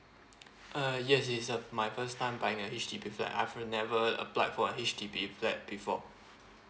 uh yes is a my first time buying a H_D_B flat I've never applied for a H_D_B flat before